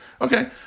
Okay